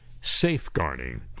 safeguarding